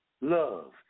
love